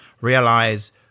realize